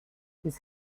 his